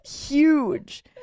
huge